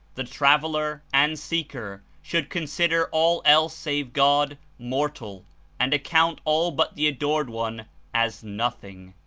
the traveler and seeker should consider all else save god mortal and account all but the adored one as nothing.